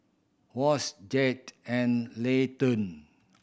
Wash Jed and Layton